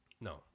No